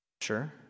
Sure